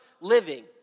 Living